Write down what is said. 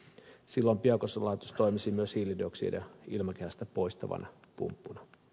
silloin biokaasulaitos toimisi myös hiilidioksidia ilmakehästä poistavana pumppuna